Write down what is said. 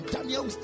Daniel